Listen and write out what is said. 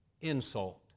insult